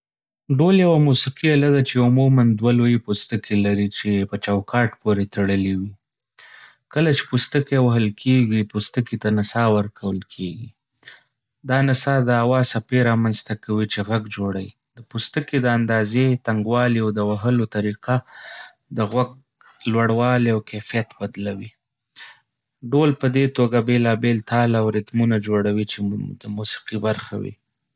ډول یوه موسیقي اله ده چې عموماً دوه لویې پوستکي لري چې په چوکاټ پورې تړلي وي. کله چې پوستکي وهل کېږي، پوستکي ته نڅا ورکول کېږي. دا نڅا د هوا څپې رامنځته کوي چې غږ جوړوي. د پوستکي د اندازې، تنګوالي او د وهل طریقه د غږ لوړوالی او کیفیت بدلوي. ډول په دې توګه بېلابېل تال او ریتمونه جوړوي چې د موسیقۍ برخه وي.